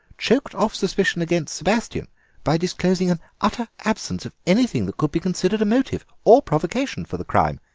choked off suspicion against sebastien by disclosing an utter absence of anything that could be considered a motive or provocation for the crime,